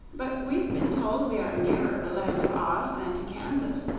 but we've been told we are nearer the land of oz than to kansas,